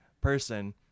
person